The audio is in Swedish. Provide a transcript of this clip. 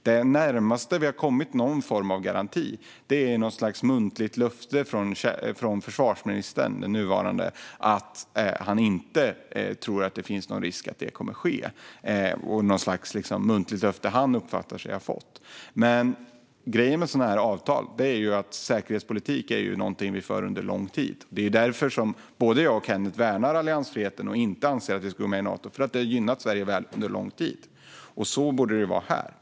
Det närmaste vi har kommit någon form av garanti är något slags muntligt löfte från den nuvarande försvarsministern om att han inte tror att det finns någon risk för att det kommer att ske. Det är något slags muntligt löfte som han uppfattar sig ha fått. Dock är ju grejen med sådana här avtal att säkerhetspolitik är något vi för under lång tid. Det är därför som både Kenneth och jag värnar alliansfriheten och inte anser att vi ska gå med i Nato. Den har gynnat Sverige under lång tid. Så borde det vara här.